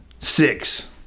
six